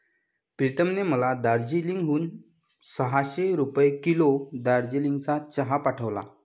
प्रीतमने मला दार्जिलिंग हून सहाशे रुपये किलो दार्जिलिंगचा चहा पाठवला आहे